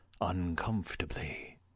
uncomfortably